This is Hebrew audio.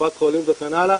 בקופת חולים וכן הלאה,